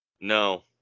No